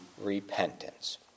repentance